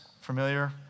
Familiar